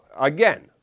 again